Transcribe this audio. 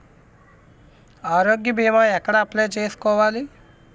ఆరోగ్య భీమా ఎక్కడ అప్లయ్ చేసుకోవాలి?